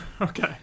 Okay